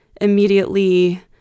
immediately